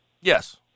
Yes